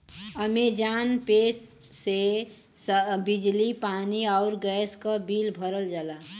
Amazon pay से बिजली पानी आउर गैस क बिल भरल जाला